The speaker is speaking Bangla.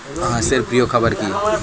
হাঁস এর প্রিয় খাবার কি?